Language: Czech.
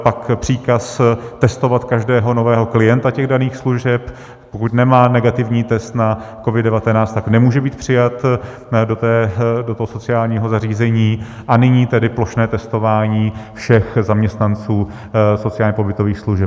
Pak příkaz testovat každého nového klienta těch daných služeb, pokud nemá negativní test na COVID19, tak nemůže být přijat do toho sociálního zařízení, a nyní tedy plošné testování všech zaměstnanců sociálně pobytových služeb.